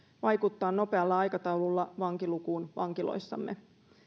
vaikuttaa nopealla aikataululla vankilukuun vankiloissamme